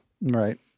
Right